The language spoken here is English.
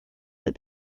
that